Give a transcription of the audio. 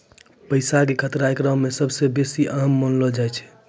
पैसा के खतरा एकरा मे सभ से बेसी अहम मानलो जाय छै